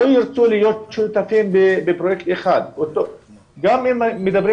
לא ירצו להיות שותפים בפרויקט אחד גם אם מדברים